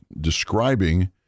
describing